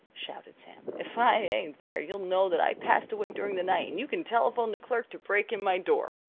shouted sam. if i ain't there, you'll know that i passed away during the night, and you can telephone the clerk to break in my door.